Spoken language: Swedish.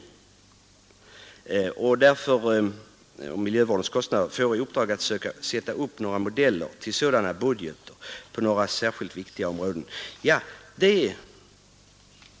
Vidare sägs att det är rimligt ”att utredningen om miljövårdens kostnader får i uppdrag söka sätta upp några modeller till sådan budgeter på några särskilt viktiga områden”.